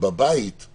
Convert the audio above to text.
הביתיים